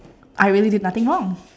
I really did nothing wrong